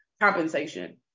compensation